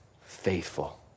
Faithful